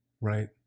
right